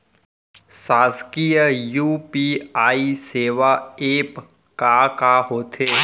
शासकीय यू.पी.आई सेवा एप का का होथे?